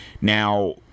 Now